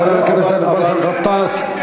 הכנסת באסל גטאס,